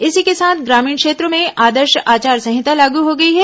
इसी के साथ ग्रामीण क्षेत्रों में आदर्श आचार संहिता लागू हो गई है